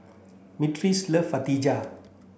Myrtice love Fritada